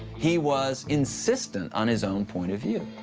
he was insistent on his own point of view.